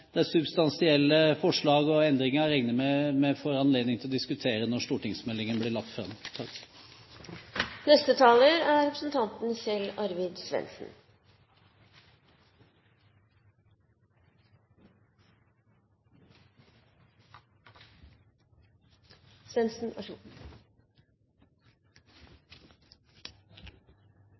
det substansielle forslaget og endringer regner jeg med at vi får anledning til å diskutere når stortingsmeldingen blir lagt fram.